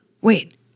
Wait